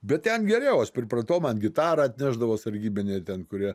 bet ten geriau aš pripratau man gitarą atnešdavo sargybiniai ten kurie